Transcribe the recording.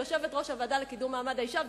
כיושבת-ראש הוועדה לקידום מעמד האשה,